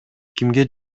кимге